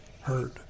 heard